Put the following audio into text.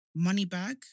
Moneybag